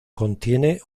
contiene